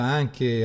anche